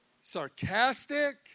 sarcastic